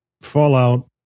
Fallout